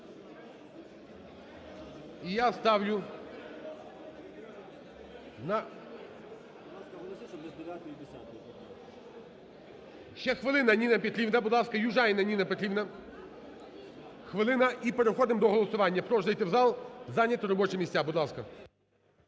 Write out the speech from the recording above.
на… (Шум у залі) Ще хвилина, Ніна Петрівна. Будь ласка. Южаніна Ніна Петрівна, хвилина. І переходимо до голосування. Прошу зайти в зал, зайняти робочі місця. Будь ласка.